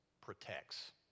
protects